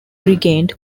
regained